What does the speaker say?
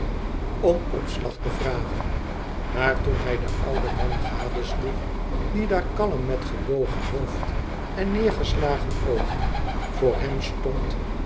om opslag te vragen maar toen hij den ouden man gadesloeg die daar kalm met gebogen hoofd en neergeslagen oogen voor hem stond